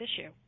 issue